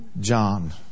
John